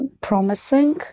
promising